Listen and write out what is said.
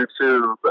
youtube